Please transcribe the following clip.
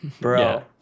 Bro